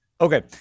Okay